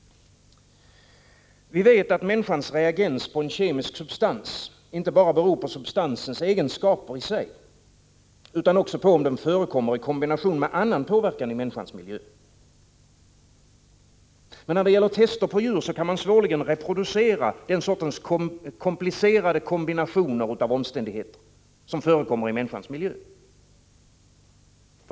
Vi vet att människans reagens på en kemisk substans inte bara beror på substansens egenskaper i sig utan också på om den förekommer i kombination med annan påverkan i människans miljö. Vid tester på djur kan man svårligen reproducera sådana komplicerade kombinationer av omständigheter som förekommer i människans miljö.